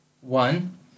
One